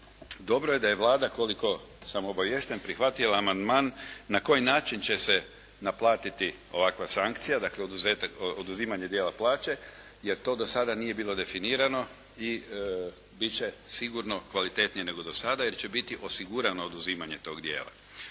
Dobro je da je Vlada, koliko sam obaviješten, prihvatila amandman na koji način će se naplatiti ovakva sankcija, dakle oduzimanje dijela plaće, jer to do sada nije bilo definirano i bit će sigurno kvalitetnije nego do sada, jer će biti osigurano oduzimanje tog dijela.